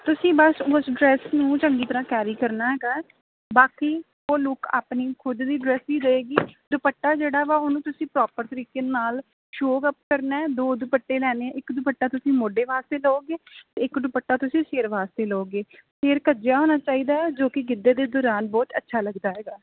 ਤੁਸੀਂ ਬਸ ਉਸ ਡਰੈੱਸ ਨੂੰ ਚੰਗੀ ਤਰ੍ਹਾਂ ਕੈਰੀ ਕਰਨਾ ਹੈਗਾ ਬਾਕੀ ਉਹ ਲੁੱਕ ਆਪਣੀ ਖੁਦ ਦੀ ਡਰੈੱਸ ਹੀ ਦਏਗੀ ਦੁਪੱਟਾ ਜਿਹੜਾ ਵਾ ਉਹਨੂੰ ਤੁਸੀਂ ਪ੍ਰੋਪਰ ਤਰੀਕੇ ਨਾਲ ਸ਼ੋਅ ਅੱਪ ਕਰਨਾ ਹੈ ਦੋ ਦੁਪੱਟੇ ਲੈਣੇ ਹੈ ਇੱਕ ਦੁਪੱਟਾ ਤੁਸੀਂ ਮੋਢੇ ਵਾਸਤੇ ਲਓਗੇ ਇੱਕ ਦੁਪੱਟਾ ਤੁਸੀਂ ਸਿਰ ਵਾਸਤੇ ਲਓਗੇ ਸਿਰ ਕੱਜਿਆ ਹੋਣਾ ਚਾਈਦਾ ਹੈ ਜੋ ਕਿ ਗਿੱਧੇ ਦੇ ਦੌਰਾਨ ਬਹੁਤ ਅੱਛਾ ਲੱਗਦਾ ਹੈਗਾ